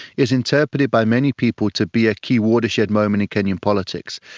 is interpreted by many people to be a key watershed moment in kenyan politics.